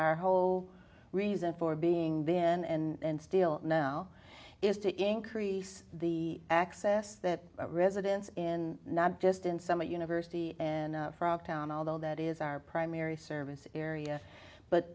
our whole reason for being then and still now is to increase the access that residence in not just in some a university and frogtown although that is our primary service area but